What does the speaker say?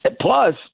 Plus